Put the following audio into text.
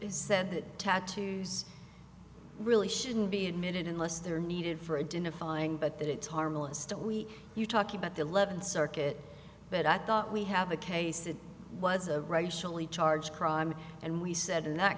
said that tattoos really shouldn't be admitted unless they're needed for identifying but that it's harmless to we you talk about the eleventh circuit but i thought we have a case it was a racially charged crime and we said in that